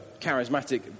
charismatic